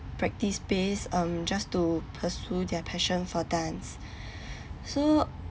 practice-based um just to pursue their passion for dance so